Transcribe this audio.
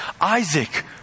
Isaac